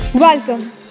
Welcome